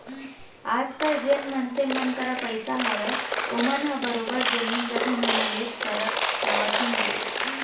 आजकल जेन मनसे मन करा पइसा हावय ओमन ह बरोबर जमीन जघा म निवेस करत जावत ही हावय